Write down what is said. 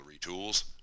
tools